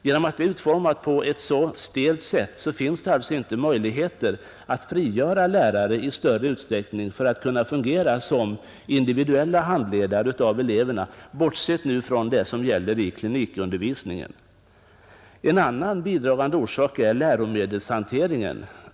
Genom att det är uppbyggt på ett så stelt sätt finns det inte möjligheter att frigöra lärare i större utsträckning för att fungera som individuella handledare för eleverna, bortsett från det som gäller i klinikundervisningen. Den andra bidragande orsaken är läromedelshanteringen.